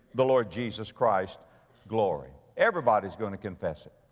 the lord jesus christ glory. everybody's going to confess it.